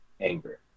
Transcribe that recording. anger